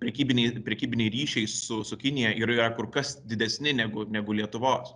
prekybiniai prekybiniai ryšiai su su kinija ir yra kur kas didesni negu negu lietuvos